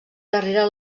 darrere